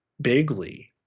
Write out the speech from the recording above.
bigly